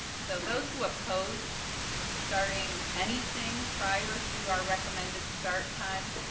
so, those who opposed starting anything prior to our recommended start time,